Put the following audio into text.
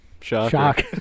Shock